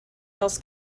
else